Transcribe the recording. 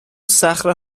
صخره